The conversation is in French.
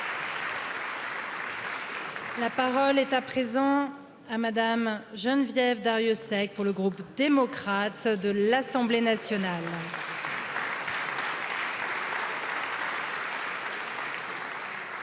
La parole est à présent à Mme Geneviève Darius, pour le groupe démocrate de l'assemblée nationale.